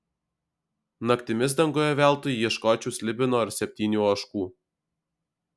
naktimis danguje veltui ieškočiau slibino ar septynių ožkų